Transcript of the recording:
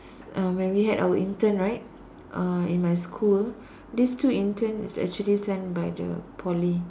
uh when we had our intern right uh in my school these two interns is actually sent by the Poly